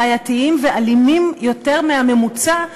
בעייתיים ואלימים יותר מהממוצע,